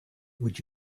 would